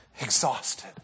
exhausted